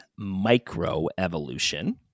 microevolution